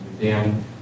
Dan